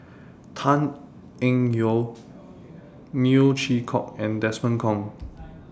Tan Eng Yoon Neo Chwee Kok and Desmond Kon